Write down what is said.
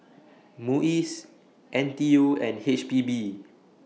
Muis N T U and H P B